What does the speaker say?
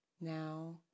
Now